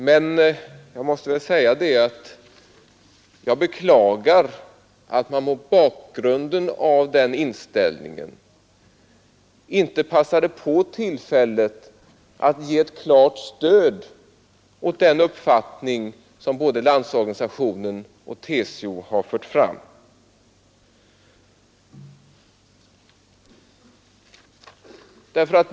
Men jag beklagar att man mot bakgrund av den inställningen inte nu passat på tillfället att ge ett klart stöd åt den uppfattning som både Landsorganisationen och TCO fört fram.